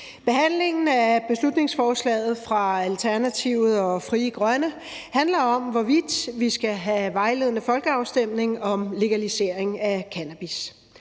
Behandlingen af beslutningsforslaget fra Alternativet og Frie Grønne handler om, hvorvidt vi skal have en vejledende folkeafstemning om legalisering af cannabis.